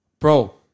bro